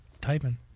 typing